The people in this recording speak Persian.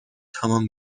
تمام